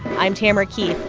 i'm tamara keith,